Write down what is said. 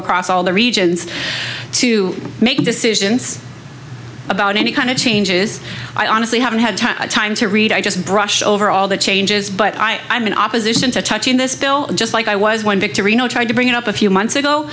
across all the regions to make decisions about any kind of changes i honestly haven't had time to read i just brush over all the changes but i am in opposition to touching this bill just like i was one victory you know tried to bring it up a few months ago